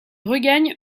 regagne